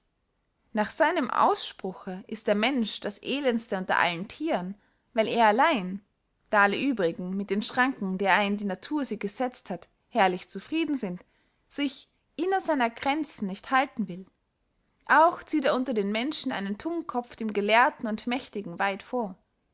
nach seinem ausspruche ist der mensch das elendeste unter allen thieren weil er allein da alle übrigen mit den schranken darein die natur sie gesetzt hat herrlich zufrieden sind sich inner seinen gränzen nicht halten will auch zieht er unter den menschen einen tummkopf dem gelehrten und mächtigen weit vor